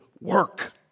work